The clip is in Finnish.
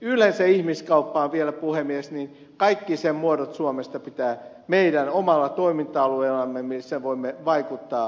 yleensä ihmiskauppaan vielä puhemies niin kaikki sen muodot suomesta pitää poistaa meidän omalla toiminta alueellamme missä voimme vaikuttaa